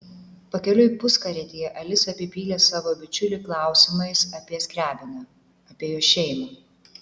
pakeliui puskarietėje alisa apipylė savo bičiulį klausimais apie skriabiną apie jo šeimą